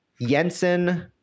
Jensen